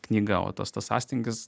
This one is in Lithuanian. knyga o tas tas sąstingis